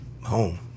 home